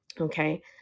okay